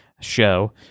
Show